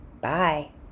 bye